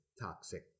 toxic